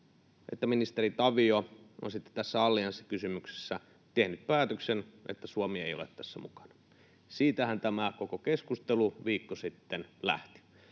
ministeri Tavio on sitten tässä allianssikysymyksessä tehnyt päätöksen, että Suomi ei ole tässä mukana. Siitähän tämä koko keskustelu viikko sitten lähti.